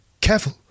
careful